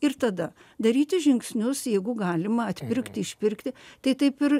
ir tada daryti žingsnius jeigu galima atpirkti išpirkti tai taip ir